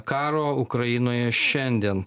karo ukrainoje šiandien